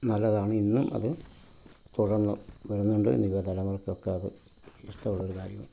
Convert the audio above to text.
നല്ലതാണ് ഇന്നും അത് തുടർന്ന് വരുന്നുണ്ട് യുവതലമുറയ്ക്ക് ഒക്കെ അത് ഇഷ്ടമുള്ള ഒരു കാര്യമാണ്